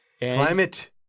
Climate